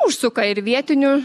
užsuka ir vietinių